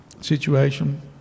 situation